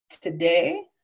Today